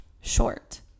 short